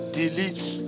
deletes